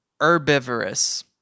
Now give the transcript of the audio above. herbivorous